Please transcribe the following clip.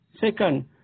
second